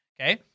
Okay